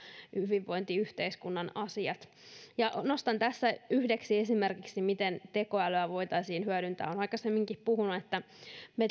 hyvinvointiyhteiskunnan asiat pidetään mukana nostan tässä yhdeksi esimerkiksi miten tekoälyä voitaisiin hyödyntää olen aikaisemminkin puhunut että me